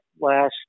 last